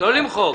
לא למחוק.